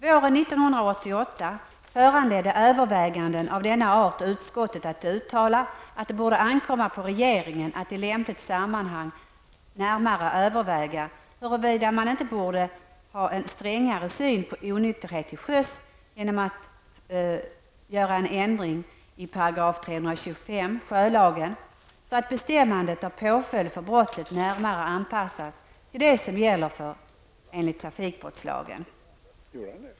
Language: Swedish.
Våren 1988 föranledde överväganden av denna art utskottet att uttala att det borde ankomma på regeringen att i lämpligt sammanhang närmare överväga huruvida man inte borde ha en strängare syn på onykterhet till sjöss genom en ändring av 325 § sjölagen så att bestämmandet av påföljd för brottet närmare anpassas till det som gäller enligt trafikbrottslagen.